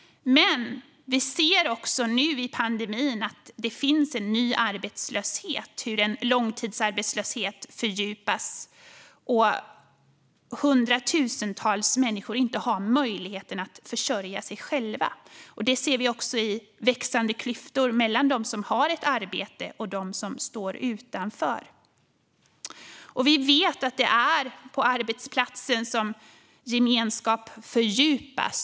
Men vi ser också nu i pandemin att det finns en ny arbetslöshet. Vi ser en långtidsarbetslöshet som fördjupas och hundratusentals människor som inte har möjligheten att försörja sig själva. Vi ser det också i växande klyftor mellan dem som har ett arbete och dem som står utanför. Vi vet att det är på arbetsplatsen som gemenskap fördjupas.